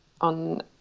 on